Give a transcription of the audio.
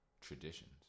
traditions